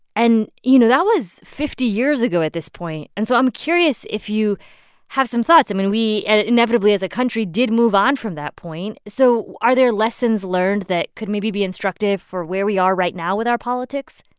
and you know, that was fifty years ago at this point. and so i'm curious if you have some thoughts i mean, we inevitably as a country did move on from that point. so are there lessons learned that could maybe be instructive for where we are right now with our politics?